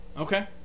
okay